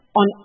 on